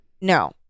No